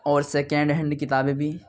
اور second hand کتابیں بھی